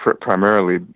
primarily